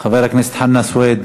חבר הכנסת חנא סוייד,